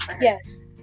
yes